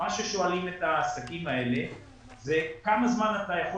מה ששואלים את העסקים האלה זה כמה זמן אתה יכול